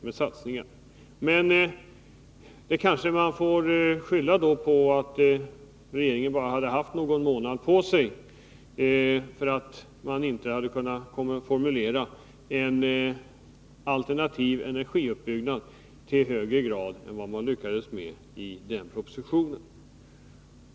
Man kanske får skylla på att regeringen bara hade haft någon månad på sig, att den inte har kunnat formulera en alternativ energiuppbyggnad i högre grad än vad regeringen lyckades med i den nämnda propositionen.